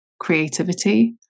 creativity